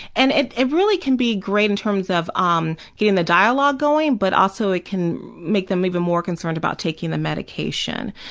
and it it really can be great in terms of um getting the dialogue going, but also it can make them even more concerned about taking the medication.